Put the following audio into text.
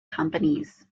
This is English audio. companies